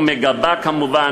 ומגבה כמובן,